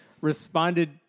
responded